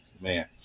Man